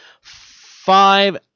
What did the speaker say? five